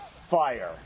fire